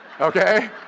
okay